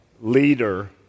leader